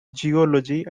geology